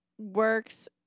Works